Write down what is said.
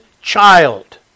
child